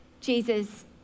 Jesus